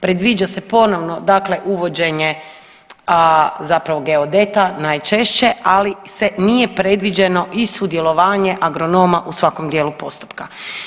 Predviđa se ponovo dakle uvođenje zapravo geodeta najčešće ali se nije predviđeno i sudjelovanje agronoma u svakom dijelu postupka.